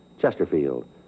Chesterfield